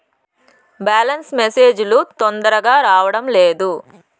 Balance message లు తొందరగా రావడం లేదు?